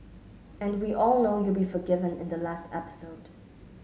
and we all know you'll be forgiven in the last episode